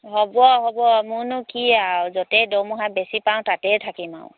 হ'ব হ'ব মোৰনো কি আৰু য'তে দৰমহা বেছি পাওঁ তাতেই থাকিম আৰু